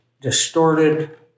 distorted